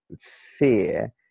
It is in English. fear